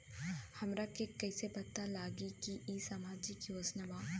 हमरा के कइसे पता चलेगा की इ सामाजिक योजना बा?